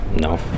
No